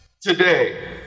Today